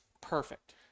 perfect